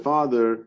Father